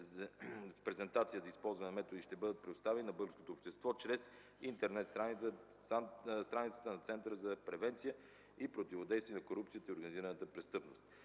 презентацията и използване на методи ще бъдат предоставени на българското общество чрез Интернет страницата на Центъра за превенция и противодействие на корупцията и организираната престъпност.